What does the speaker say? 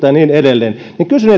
ja niin edelleen